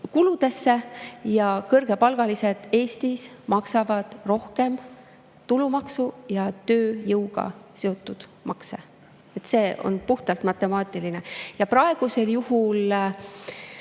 tööjõukuludesse. Ja kõrgepalgalised Eestis maksavad rohkem tulumaksu ja tööjõuga seotud makse. See on puhtalt matemaatiline. Ja praegusel juhul